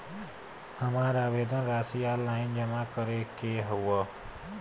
हमार आवेदन राशि ऑनलाइन जमा करे के हौ?